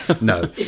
no